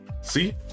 See